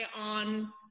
on